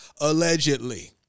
allegedly